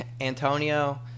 Antonio